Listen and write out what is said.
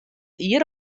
ier